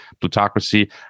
plutocracy